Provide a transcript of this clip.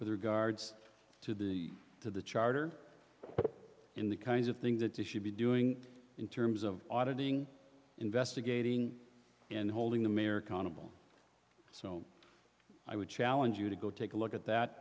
with regards to the to the charter in the kinds of things that to should be doing in terms of auditing investigating and holding the mirror cannibal so i would challenge you to go take a look at that